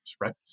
right